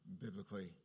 Biblically